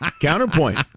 Counterpoint